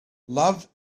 love